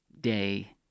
day